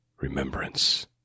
remembrance